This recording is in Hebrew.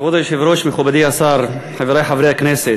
כבוד היושב-ראש, מכובדי השר, חברי חברי הכנסת,